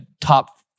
top